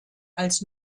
als